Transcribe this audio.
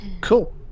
cool